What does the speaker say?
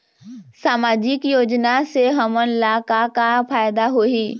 सामाजिक योजना से हमन ला का का फायदा होही?